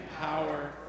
power